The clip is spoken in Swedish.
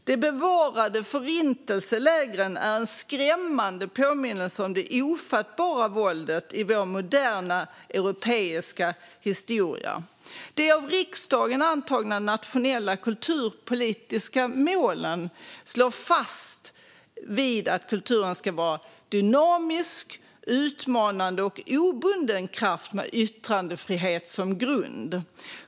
De bevarade förintelselägren är en skrämmande påminnelse om det ofattbara våldet i vår moderna europeiska historia. De av riksdagen antagna nationella kulturpolitiska målen slår fast att kulturen ska vara en dynamisk, utmanande och obunden kraft med yttrandefrihet som grund.